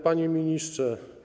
Panie Ministrze!